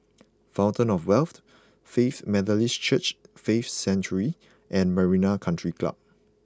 Fountain of Wealth Faith Methodist Church Faith Sanctuary and Marina Country Club